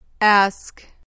Ask